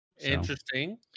Interesting